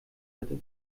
hatte